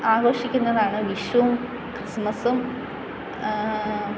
ആഘോഷിക്കുന്നതാണ് വിഷുവും ക്രിസ്മസും